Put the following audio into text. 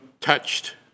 touched